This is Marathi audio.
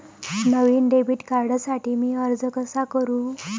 नवीन डेबिट कार्डसाठी मी अर्ज कसा करू?